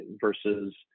versus